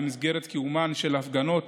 במסגרת קיומן של הפגנות,